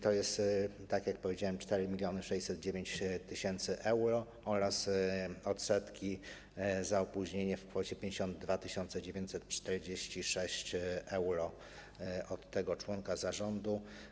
To jest, tak jak powiedziałem, 4609 tys. euro oraz odsetki za opóźnienie w kwocie 52 946 euro od tego członka zarządu.